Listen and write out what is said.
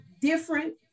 different